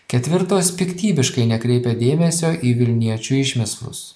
ketvirtos piktybiškai nekreipia dėmesio į vilniečių išmislus